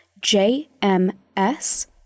jms